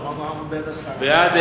בעד,